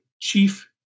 chief